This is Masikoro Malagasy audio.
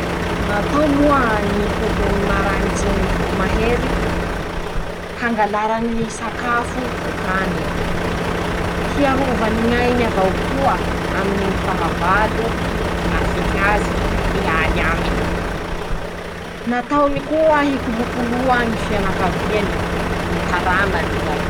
Natao moa ñy hohony<kôkôrikôoo> marañitsiny ñy voro mahery: -Hangalarany ñy sakafo ho haniny. hiarovany ñ'ainy avao koa aminy ñy fahavalo manafiky azy hialy aminy ;nataony koa hikolokoloa ñy fianakaviany. ñy tarànany zay.